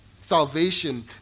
salvation